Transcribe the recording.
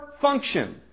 Function